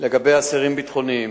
לגבי אסירים ביטחוניים: